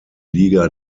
liga